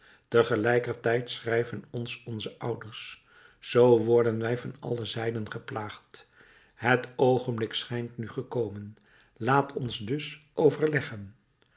tegelijkertijd schrijven ons onze ouders zoo worden wij van alle zijden geplaagd het oogenblik schijnt nu gekomen laat ons dus overleggen